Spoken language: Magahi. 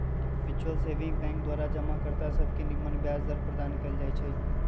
म्यूच्यूअल सेविंग बैंक द्वारा जमा कर्ता सभके निम्मन ब्याज दर प्रदान कएल जाइ छइ